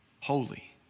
holy